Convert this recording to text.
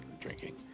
drinking